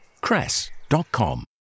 cress.com